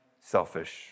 selfish